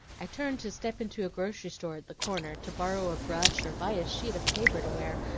i turned to step into a grocery store at the corner, to borrow a brush or buy a sheet of paper to wear,